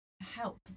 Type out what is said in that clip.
help